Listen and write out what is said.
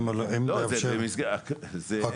אם אפשר --- לא,